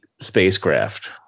spacecraft